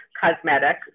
cosmetic